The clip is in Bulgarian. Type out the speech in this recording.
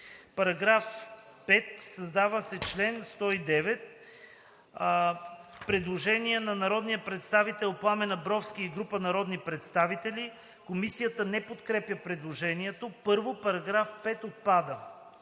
110. „§ 5. Създава се чл. 109.“ Предложение на народния представител Пламен Абровски и група народни представители. Комисията не подкрепя предложението. „1. Параграф 5 отпада.“